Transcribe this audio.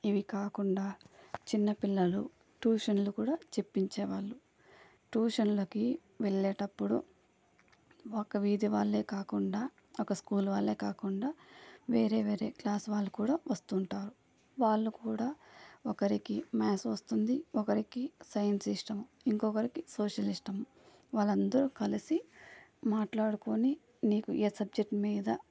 ఇవి కాకుండా చిన్న పిల్లలు టూషన్లు కూడా చెప్పించేవాళ్ళు టూషన్లకి వెళ్లేటప్పుడు ఒక వీధి వాళ్ళే కాకుండా ఒక స్కూల్ వాళ్ళే కాకుండా వేరే వేరే క్లాస్ వాళ్ళు కూడా వస్తుంటారు వాళ్ళు కూడా ఒకరికి మ్యాథ్స్ వస్తుంది ఒకరికి సైన్స్ ఇష్టం ఇంకొకరికి సోషల్ ఇష్టం వాళ్ళందరూ కలిసి మాట్లాడుకుని నీకు ఏ సబ్జెక్టు మీద